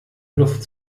luft